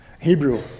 hebrew